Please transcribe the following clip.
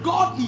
God